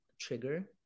trigger